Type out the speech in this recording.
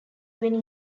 when